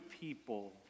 people